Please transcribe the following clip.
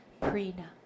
Prina